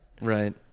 right